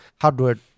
hardware